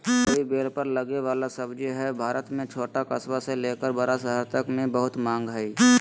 तोरई बेल पर लगे वला सब्जी हई, भारत में छोट कस्बा से लेकर बड़ा शहर तक मे बहुत मांग हई